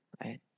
right